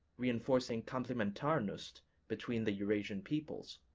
reinforcing komplimentarnost between the eurasian peoples.